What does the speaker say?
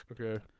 Okay